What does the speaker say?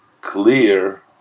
clear